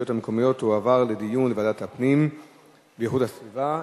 המקומיות תועברנה לדיון בוועדת הפנים והגנת הסביבה.